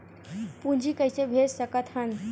पूंजी कइसे भेज सकत हन?